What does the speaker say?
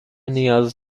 نیاز